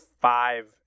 five